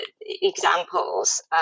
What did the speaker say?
examples